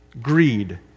Greed